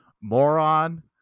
moron